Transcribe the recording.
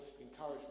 encouragement